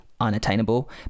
unattainable